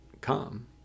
come